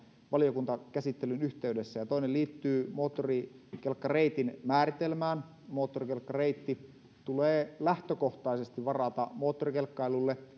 valiokuntakäsittelyn yhteydessä toinen liittyy moottorikelkkareitin määritelmään moottorikelkkareitti tulee lähtökohtaisesti varata moottorikelkkailulle